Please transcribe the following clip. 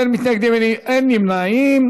הוא נותן לך את הכבוד.